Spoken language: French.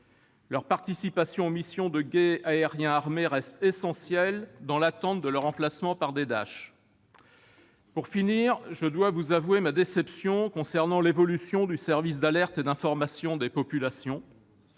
Leur participation aux missions de guet aérien armé reste essentielle, dans l'attente de leur remplacement par des Dash. Pour finir, je dois vous avouer ma déception concernant l'évolution du service d'alerte et d'information des populations,